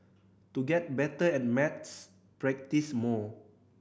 to get better at maths practise more